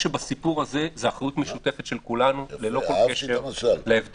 בסיפור הזה זו אחריות משותפת של כולנו ללא כל קשר להבדלים.